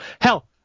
Hell